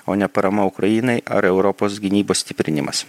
o ne parama ukrainai ar europos gynybos stiprinimas